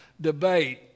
debate